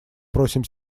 просим